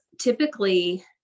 typically